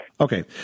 Okay